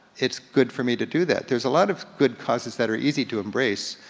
it's good for me to do that. there's a lot of good causes that are easy to embrace,